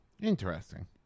Interesting